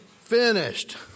finished